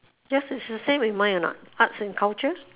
yours is the same with mine or not arts and culture